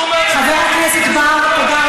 צאו מהמליאה.